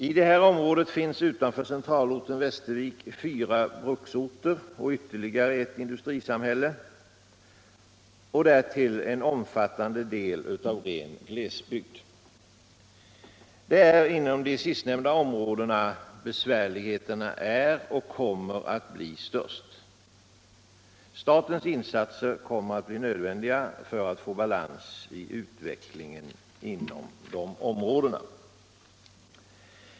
I det här området finns utanför centralorten Västervik fyra bruksorter och ytterligare ett industrisamhälle, därtill en omfattande del ren glesbygd. Det är inom de sistnämnda områdena besvärligheterna är och kommer att bli störst. Statens insatser kommer att bli nödvändiga för att få balans i utvecklingen inom dessa områden.